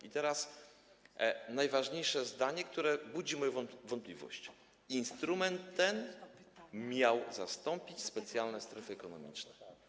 I teraz najważniejsze zdanie, które budzi moją wątpliwość: Instrument ten miał zastąpić specjalne strefy ekonomiczne.